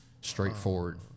straightforward